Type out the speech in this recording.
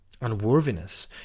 unworthiness